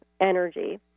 energy